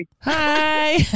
hi